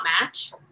match